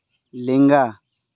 ᱞᱮᱸᱜᱟ